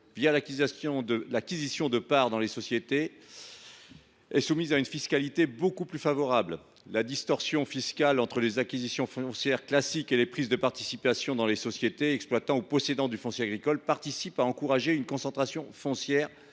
de l’acquisition de parts dans des sociétés est soumise à une fiscalité beaucoup plus favorable. La distorsion fiscale entre le régime des acquisitions foncières classiques et celui des prises de participation dans des sociétés exploitant ou possédant du foncier agricole contribue à encourager une concentration foncière